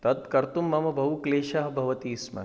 तत् कर्तुं मम बहुक्लेशः भवति स्म